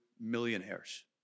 millionaires